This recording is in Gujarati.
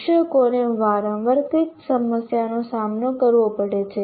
શિક્ષકોને વારંવાર કઈ સમસ્યાઓનો સામનો કરવો પડે છે